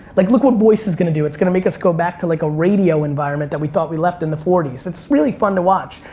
like, look what voice is gonna do, it's gonna make us go back to like a radio environment that we thought we left in the forty s. it's really fun to watch.